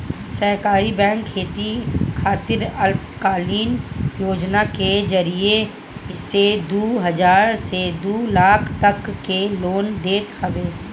सहकारी बैंक खेती खातिर अल्पकालीन योजना के जरिया से दू हजार से दू लाख तक के लोन देत हवे